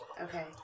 Okay